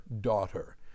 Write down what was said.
daughter